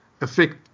affect